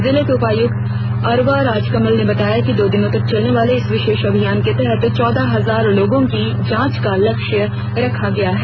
जिले के उपायुक्त अरवा राजकमल ने बताया कि दो दिनों तक चलने वाले इस विशेष अभियान के तहत चौदह हजार लोगों की जांच का लक्ष्य रखा गया है